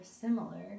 similar